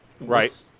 Right